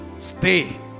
stay